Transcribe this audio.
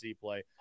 play